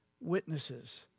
witnesses